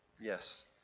Yes